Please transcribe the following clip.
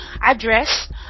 address